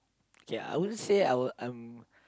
K I won't say I were I'm